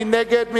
מי נגד?